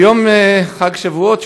ביום חג שבועות,